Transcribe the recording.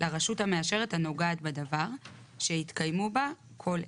לרשות המאשרת הנוגעת בדבר, שהתקיימו בה כל אלה: